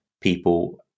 people